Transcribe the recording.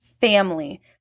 family